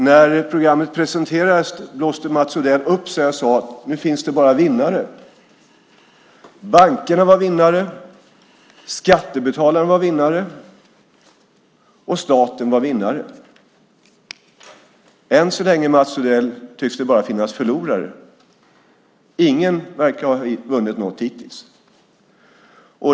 När programmet presenterades blåste Mats Odell upp sig och sade: Nu finns det bara vinnare. Bankerna var vinnare, skattebetalarna var vinnare, och staten var vinnare. Än så länge, Mats Odell, tycks det bara finnas förlorare. Ingen verkar ha vunnit något hittills.